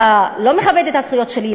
אתה לא מכבד את הזכויות שלי,